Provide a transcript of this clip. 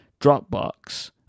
dropbox